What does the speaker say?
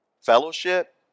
fellowship